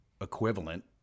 equivalent